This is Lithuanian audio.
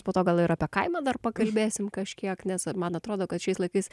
po to gal ir apie kaimą dar pakalbėsim kažkiek nes man atrodo kad šiais laikais